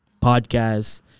podcasts